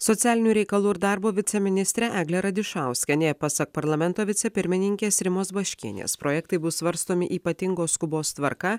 socialinių reikalų ir darbo viceministrė eglė radišauskienė pasak parlamento vicepirmininkės rimos baškienės projektai bus svarstomi ypatingos skubos tvarka